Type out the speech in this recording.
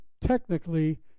technically